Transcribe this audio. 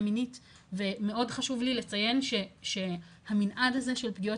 מינית ומאוד חשוב לי לציין שהמנעד הזה של פגיעות